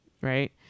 right